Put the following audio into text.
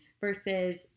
versus